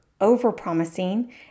over-promising